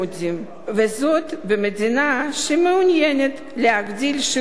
זאת במדינה שמעוניינת להגדיל את שיעור הנשים,